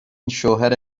شوهر